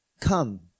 Come